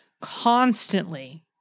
constantly